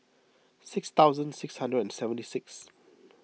six thousand six hundred and seventy six